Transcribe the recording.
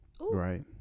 right